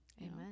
Amen